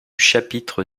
chapitre